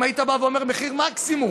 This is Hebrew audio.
אם היית בא ואומר מחיר מקסימום.